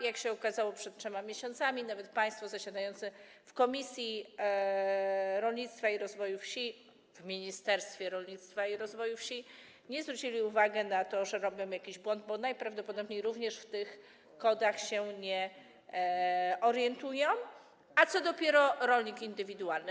Jak się okazało przed 3 miesiącami, nawet państwo zasiadający w Komisji Rolnictwa i Rozwoju Wsi, w Ministerstwie Rolnictwa i Rozwoju Wsi nie zwrócili uwagi na to, że robią jakiś błąd, bo najprawdopodobniej również w tych kodach się nie orientują, a co dopiero rolnik indywidualny.